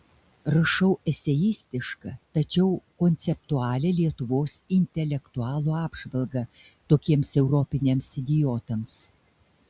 rašau eseistišką tačiau konceptualią lietuvos intelektualų apžvalgą tokiems europiniams idiotams